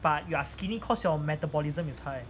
but you are skinny cause your metabolism is high